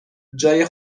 جای